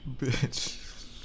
bitch